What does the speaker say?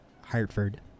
Hartford